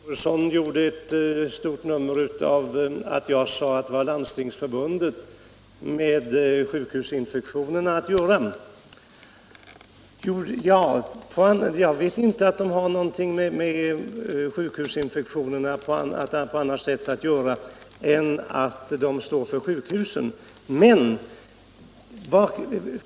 Herr talman! Fru Troedsson gjorde ett stort nummer av att jag undrade vad Landstingsförbundet har med sjukhusinfektionerna att göra. Jag vet inte att landstingen har med sjukhusinfektionerna att göra på annat sätt än att de är huvudmän för sjukhusen.